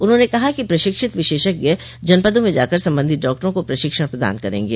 उन्होंने कहा कि प्रशिक्षित विशेषज्ञ जनपदों में जाकर संबंधित डॉक्टरों को प्रशिक्षण प्रदान करेंगे